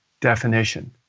definition